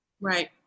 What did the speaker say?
Right